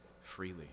freely